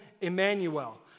Emmanuel